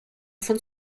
von